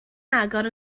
agor